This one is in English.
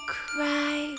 cry